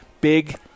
big